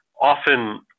often